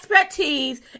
expertise